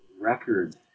record